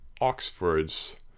Oxfords